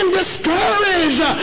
discouraged